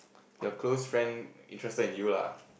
your close friend interested in you lah